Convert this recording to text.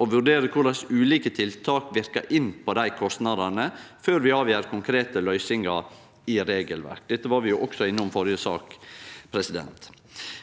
og vurdere korleis ulike tiltak verkar inn på dei kostnadene, før vi avgjer konkrete løysingar i regelverk. Dette var vi også innom i den førre saka.